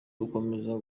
dukomeze